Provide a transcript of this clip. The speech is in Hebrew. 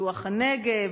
ופיתוח הנגב